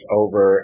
over